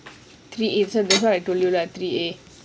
three A that's what I told you lah three A